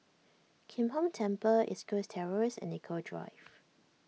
Kim Hong Temple East Coast Terrace and Nicoll Drive